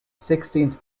sixteenth